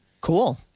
Cool